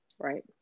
right